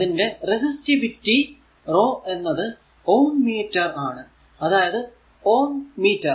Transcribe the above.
ഇതിന്റെ resistivity rho എന്നത് Ωm ആണ് അതായതു ഓം മീറ്റർ